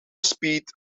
speed